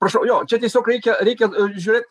prašau jo čia tiesiog reikia reikia žiūrėt